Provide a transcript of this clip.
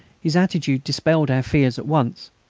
his attitude dispelled our fears at once.